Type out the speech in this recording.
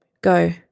Go